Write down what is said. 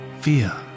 fear